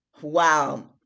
Wow